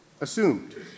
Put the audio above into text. assumed